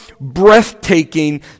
breathtaking